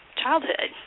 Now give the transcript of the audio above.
childhood